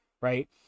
right